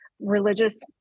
religious